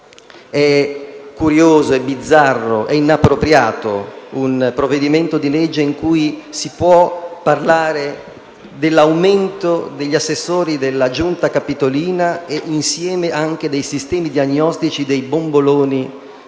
È curioso, bizzarro e inopportuno un disegno di legge nel quale si può parlare dell'aumento degli assessori della Giunta capitolina e, insieme, anche dei sistemi diagnostici e dei bomboloni